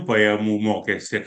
pajamų mokestį